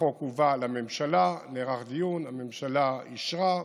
החוק הובא לממשלה, נערך דיון, הממשלה אישרה,